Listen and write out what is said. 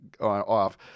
off